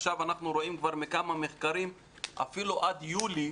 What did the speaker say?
עכשיו אנחנו רואים בכמה מחקרים שאפילו עד יולי